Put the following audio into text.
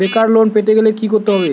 বেকার লোন পেতে গেলে কি করতে হবে?